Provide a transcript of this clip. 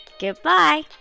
Goodbye